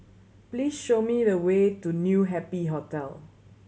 please show me the way to New Happy Hotel